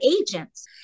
agents